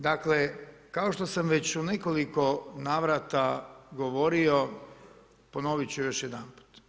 Dakle, kao što sam već u nekoliko navrata govorio, ponovit ću još jedanput.